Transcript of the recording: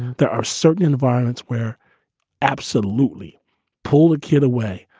there are certain environments where absolutely pull a kid away.